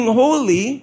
holy